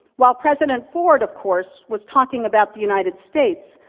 while president ford, of course, was talking about the united states,